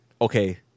okay